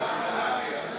ההצעה להעביר את